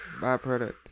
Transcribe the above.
Byproduct